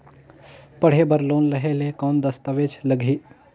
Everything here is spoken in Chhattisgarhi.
पढ़े बर लोन लहे ले कौन दस्तावेज लगही?